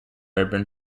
urban